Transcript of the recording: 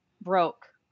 broke